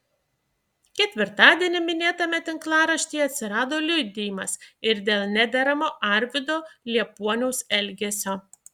ketvirtadienį minėtame tinklaraštyje atsirado liudijimas ir dėl nederamo arvydo liepuoniaus elgesio